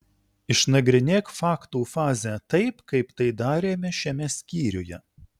išnagrinėk faktų fazę taip kaip tai darėme šiame skyriuje